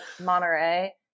Monterey